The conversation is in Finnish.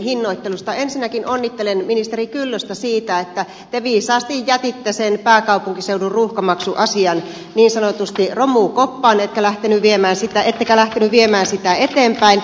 ensinnäkin onnittelen ministeri kyllöstä siitä että te viisaasti jätitte sen pääkaupunkiseudun ruuhkamaksuasian niin sanotusti romukoppaan ettekä lähtenyt viemään sitä eteenpäin